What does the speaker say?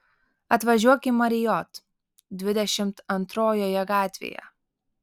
atvažiuok į marriott dvidešimt antrojoje gatvėje